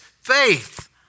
faith